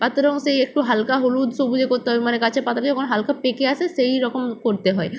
পাতার অংশে একটু হালকা হলুদ সবুজ এ করতে হয় মানে গাছের পাতাটা যখন হালকা পেকে আসে সেই রকম করতে হয়